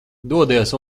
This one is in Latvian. dodies